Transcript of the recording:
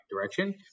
direction